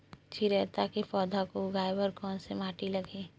चिरैता के पौधा को उगाए बर कोन से माटी लगही?